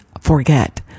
forget